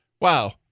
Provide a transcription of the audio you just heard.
Wow